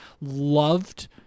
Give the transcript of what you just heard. loved